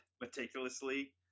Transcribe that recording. meticulously